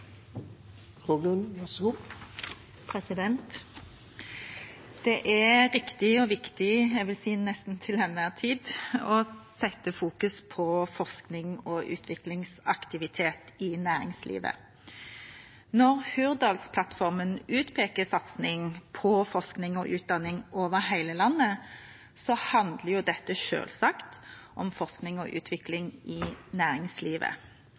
riktig og viktig – nesten til enhver tid, vil jeg si – å fokusere på forskning og utviklingsaktivitet i næringslivet. Når Hurdalsplattformen utpeker satsing på forskning og utdanning over hele landet, handler dette selvsagt om forskning og utvikling i næringslivet.